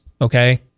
okay